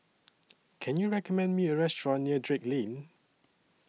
Can YOU recommend Me A Restaurant near Drake Lane